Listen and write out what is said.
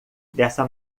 dessa